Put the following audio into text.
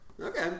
Okay